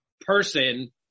person